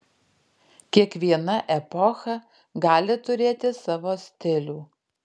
kiekviena epocha gali turėti savo stilių